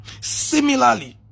Similarly